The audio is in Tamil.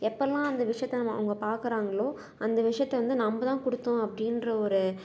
எப்போல்லாம் அந்த விஷயத்த நம்ம அவங்க பார்க்குறாங்களோ அந்த விஷயத்த வந்து நம்ம தான் கொடுத்தோம் அப்படின்ற ஒரு